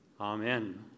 Amen